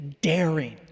daring